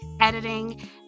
editing